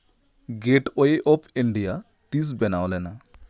gateway of India ᱛᱤᱥ ᱵᱮᱱᱟᱣ ᱞᱮᱱᱟ